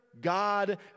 God